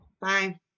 Bye